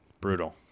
brutal